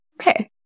Okay